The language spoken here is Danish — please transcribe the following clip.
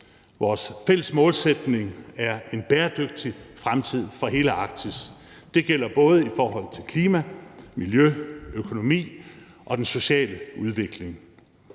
Vores fælles målsætning er en bæredygtig fremtid for hele Arktis. Det gælder i forhold til både klimaet, miljøet, økonomien og den sociale udvikling.